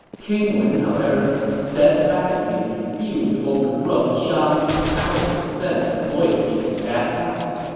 king wen, however, steadfastly refused to overthrow the shang out of his sense of loyalty to that house.